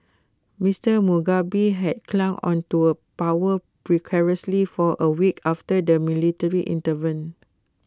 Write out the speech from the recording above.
Mister Mugabe had clung on to power precariously for A week after the military intervened